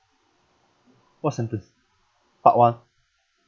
what sentence part one